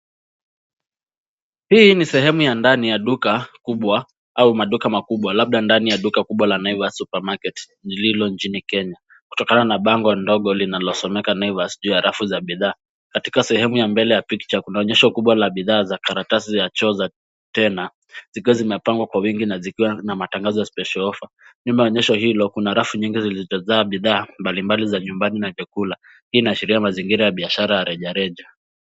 Hii ni sehemu ya ndani ya duka kubwa au maduka makubwa labda ndani ya duka kubwa la [Naivas supermarket] lililo nchini Kenya kutokana na bango ndogo linalosomeka[ Naivas] juu ya rafu bidhaa, katika sehemu ya mbele ya picha kuna onyesho kubwa la bidhaa za karatasi ya choo za Tena zikiwa zimepangwa kwa wingi na zikiwa na matangazo ya [special offer],nyuma ya onyesho hilo kuna rafu nyingi zilizojaa bidhaa mbalimbali za nyumbani na vyakula hii na sheria mazingira ya biashara ya rejareja.